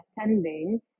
attending